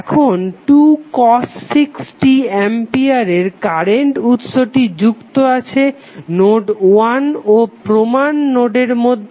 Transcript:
এখন 2cos 6t অ্যাম্পিয়ারের current উৎসটি যুক্ত আছে নোড 1 ও প্রমান নোডের মধ্যে